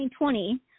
2020